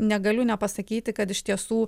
negaliu nepasakyti kad iš tiesų